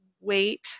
wait